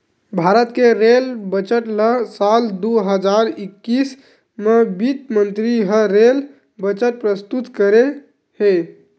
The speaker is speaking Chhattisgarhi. भारत के रेल बजट ल साल दू हजार एक्कीस म बित्त मंतरी ह रेल बजट प्रस्तुत करे हे